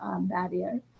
barrier